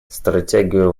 стратегию